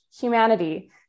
humanity